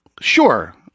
Sure